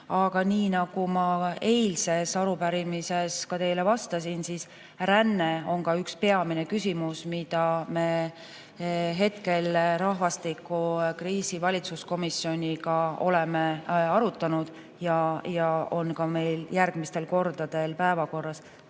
Aga nii, nagu ma eilses arupärimises teile vastasin, on ränne üks peamine küsimus, mida me rahvastikukriisi valitsuskomisjoniga arutame ja mis on meil ka järgmistel kordadel päevakorras.